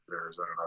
Arizona